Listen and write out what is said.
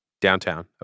downtown